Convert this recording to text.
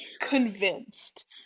convinced